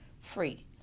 free